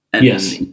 Yes